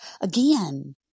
Again